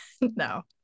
No